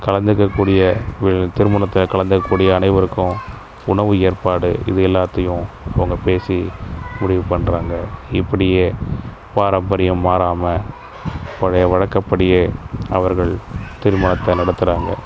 கலந்துக்கக் கூடிய வெ திருமணத்தில் கலந்துக்கக் கூடிய அனைவருக்கும் உணவு ஏற்பாடு இது எல்லாத்தையும் அவங்க பேசி முடிவு பண்றாங்க இப்படியே பாரம்பரியம் மாறாமல் பழைய வழக்கப்படியே அவர்கள் திருமணத்தை நடத்துறாங்க